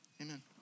amen